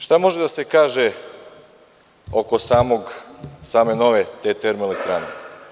Šta može da se kaže oko same nove te termoelektrane?